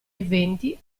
eventi